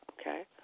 okay